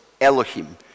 Elohim